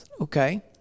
Okay